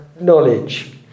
knowledge